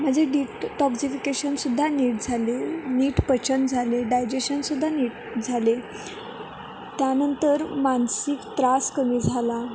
माझे डिटॉक्झिफिकेशनसुद्धा नीट झाले नीट पचन झाले डायजेशनसुद्धा नीट झाले त्यानंतर मानसिक त्रास कमी झाला